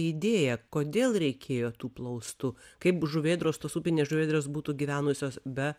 idėją kodėl reikėjo tų plaustų kaip žuvėdros tos upinės žuvėdros būtų gyvenusios be